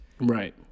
Right